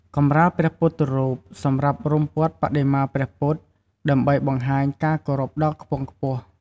កម្រាលព្រះពុទ្ធរូប សម្រាប់រុំព័ទ្ធបដិមាព្រះពុទ្ធ ដើម្បីបង្ហាញការគោរពដ៏ខ្ពង់ខ្ពស់។